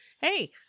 hey